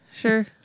Sure